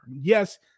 Yes